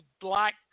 Black